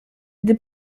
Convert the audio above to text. gdy